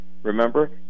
Remember